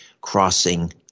Crossing